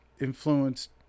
influenced